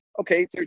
okay